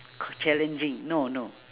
c~ challenging no no